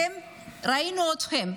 ראינו אתכם.